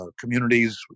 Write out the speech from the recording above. communities